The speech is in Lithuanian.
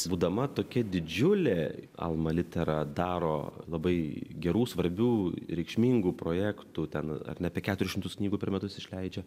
būdama tokia didžiulė alma litera daro labai gerų svarbių reikšmingų projektų ten ar ne apie keturis šimtus knygų per metus išleidžia